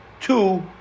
two